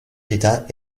d’état